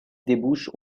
débouche